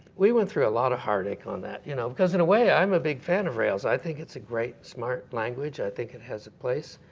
we went through a lot of heartache on that, you know because in a way, i'm a big fan of rails. i think it's a great, smart language. i think it has a place,